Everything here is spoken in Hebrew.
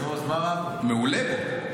מעולה בו.